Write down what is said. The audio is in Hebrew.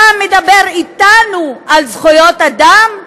אתה מדבר איתנו על זכויות אדם?